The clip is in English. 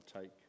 take